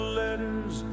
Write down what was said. letters